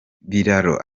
biraro